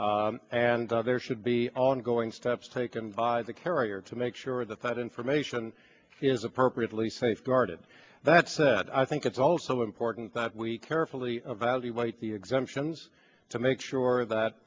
and there should be ongoing steps taken by the carrier to make sure that that information is appropriately safeguarded that's said i think it's also important that we carefully evaluate the exemptions to make sure that